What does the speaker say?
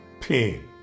pain